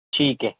ٹھیک ہے